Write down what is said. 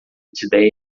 today